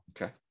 Okay